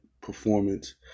performance